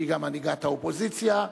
שהיא גם מנהיגת האופוזיציה,